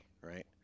right